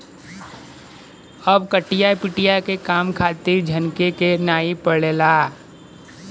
अब कटिया पिटिया के काम खातिर झनके के नाइ पड़ला